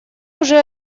уже